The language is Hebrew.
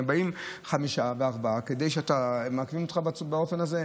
הם באים חמישה וארבעה ומעכבים אותה באופן הזה.